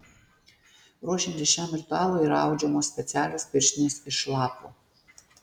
ruošiantis šiam ritualui yra audžiamos specialios pirštinės iš lapų